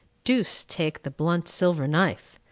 deuce take the blunt silver knife!